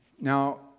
Now